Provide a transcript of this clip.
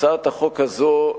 הצעת החוק הזו,